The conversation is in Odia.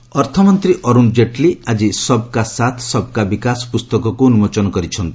ଜେଟଲୀ ବୁକ୍ ଅର୍ଥମନ୍ତ୍ରୀ ଅରୁଣ ଜେଟଲୀ ଆଜି 'ସବ୍କା ସାଥ୍ ସବକା ବିକାଶ' ପୁସ୍ତକକୁ ଉନ୍କୋଚନ କରିଛନ୍ତି